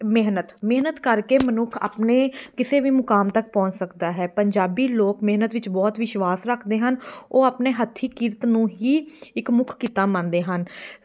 ਮਿਹਨਤ ਮਿਹਨਤ ਕਰਕੇ ਮਨੁੱਖ ਆਪਣੇ ਕਿਸੇ ਵੀ ਮੁਕਾਮ ਤੱਕ ਪਹੁੰਚ ਸਕਦਾ ਹੈ ਪੰਜਾਬੀ ਲੋਕ ਮਿਹਨਤ ਵਿੱਚ ਬਹੁਤ ਵਿਸ਼ਵਾਸ ਰੱਖਦੇ ਹਨ ਉਹ ਆਪਣੇ ਹੱਥੀਂ ਕਿਰਤ ਨੂੰ ਹੀ ਇੱਕ ਮੁੱਖ ਕਿੱਤਾ ਮੰਨਦੇ ਹਨ